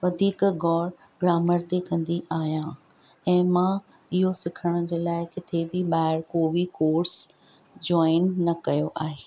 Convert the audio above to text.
वधीक ग़ौर ग्रामर ते कंदी आहियां ऐं मां इहो सिखण जे लाइ किथे बि ॿाहिर को बि कोर्स जोइन न कयो आहे